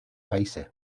países